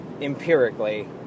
Empirically